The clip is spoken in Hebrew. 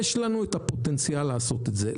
יש לנו את הפוטנציאל לעשות את זה.